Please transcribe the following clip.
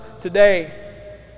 today